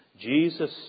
Jesus